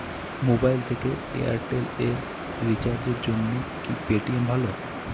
Mobile থেকে Airtel এ রিচার্জের জন্য কি পেটিএম ভালো?